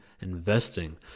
investing